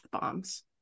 bombs